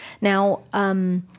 now